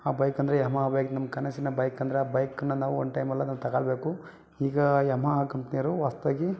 ಆ ಬೈಕ್ ಅಂದರೆ Yamaha bike ನಮ್ಮ ಕನಸಿನ ಬೈಕ್ ಅಂದರೆ ಆ ಬೈಕ್ನ ನಾವು ಒಂದು ಟೈಮಲ್ಲಿ ಅದನ್ನು ತಗೊಳ್ಬೇಕು ಈಗ ಯಮಹ ಕಂಪ್ನಿಯವರು ಹೊಸ್ದಾಗಿ